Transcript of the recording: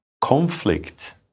Conflict